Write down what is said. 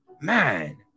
man